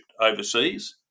overseas